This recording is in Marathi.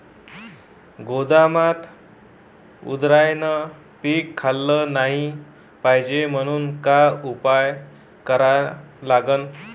गोदामात उंदरायनं पीक खाल्लं नाही पायजे म्हनून का उपाय करा लागन?